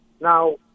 Now